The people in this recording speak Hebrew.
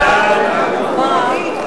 מי בעד?